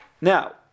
now